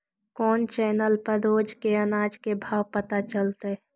कोन चैनल पर रोज के अनाज के भाव पता चलतै?